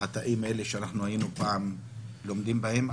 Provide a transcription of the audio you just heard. התאים האלה שאנחנו היינו פעם לומדים בהם,